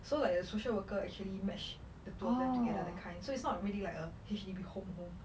so like a social worker actually match the tour together that kind so it's not really like a H_D_B home home